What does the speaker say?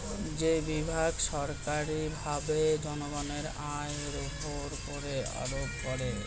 যে বিভাগ সরকারীভাবে জনগণের আয়ের উপর কর আরোপ করে